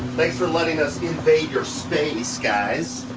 thanks for letting us invade your space guys.